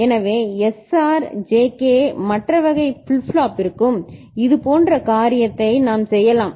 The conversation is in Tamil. எனவே SRJK மற்ற வகை ஃபிளிப் ஃப்ளாப்பிற்கும் இதேபோன்ற காரியத்தை நாம் செய்யலாம்